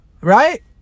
right